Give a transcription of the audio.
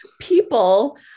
people